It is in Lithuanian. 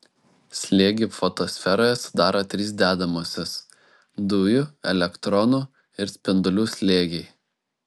slėgį fotosferoje sudaro trys dedamosios dujų elektronų ir spindulių slėgiai